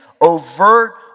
overt